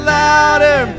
louder